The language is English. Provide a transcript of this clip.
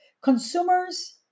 consumers